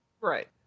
Right